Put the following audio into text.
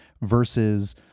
versus